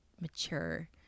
mature